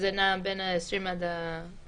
שזה נע בין 50-20 ביום.